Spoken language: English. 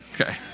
Okay